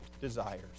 desires